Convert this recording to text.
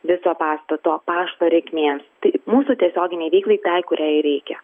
viso pastato pašto reikmėms tai mūsų tiesioginei veiklai tai kuriai ir reikia